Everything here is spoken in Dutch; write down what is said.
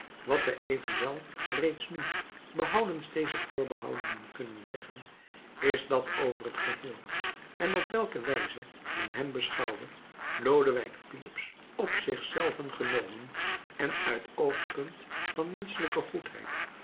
wat wij evenwel reeds nu behoudens deze voorbehoudingen kunnen zeggen is dat over t geheel en op welke wijze men hem beschouwe lodewijk filips op zich zelven genomen en uit het oogpunt van menschelijke goedheid